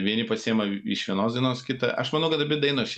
vieni pasiima iš vienos dienos kitą aš manau kad abi dainos